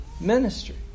ministry